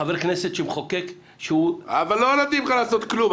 חבר כנסת שמחוקק --- אבל לא נותנים לך לעשות כלום,